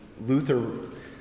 Luther